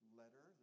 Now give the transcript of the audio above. letter